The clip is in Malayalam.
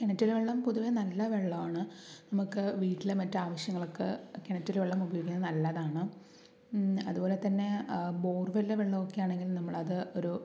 കിണറ്റിലെ വെള്ളം പൊതുവെ നല്ല വെള്ളമാണ് നമുക്ക് വീട്ടിലെ മറ്റ് ആവശ്യങ്ങൾക്ക് കിണറ്റിലെ വെള്ളം ഉപയോഗിക്കുന്നത് നല്ലതാണ് അതുപോലെ തന്നെ ബോർ വെല്ലിലെ വെള്ളമൊക്കെ ആണെങ്കിലും നമ്മളത് ഒരു